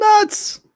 nuts